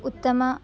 उत्तमम्